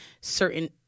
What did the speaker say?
certain